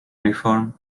uniform